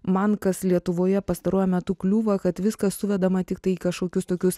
man kas lietuvoje pastaruoju metu kliūva kad viskas suvedama tiktai į kažkokius tokius